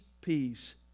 peace